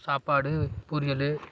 சாப்பாடு பொரியல்